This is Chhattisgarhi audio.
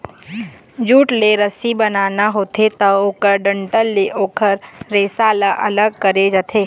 जूट ल रस्सी बनाना होथे त ओखर डंठल ले ओखर रेसा ल अलग करे जाथे